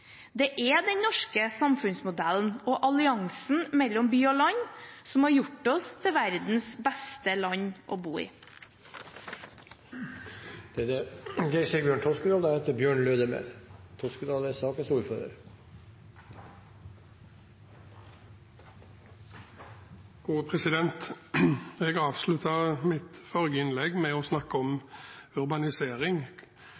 Det er den norske samfunnsmodellen og alliansen mellom by og land som har gjort oss til verdens beste land å bo i. Jeg avsluttet mitt forrige innlegg med å snakke